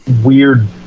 weird